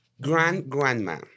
grand-grandma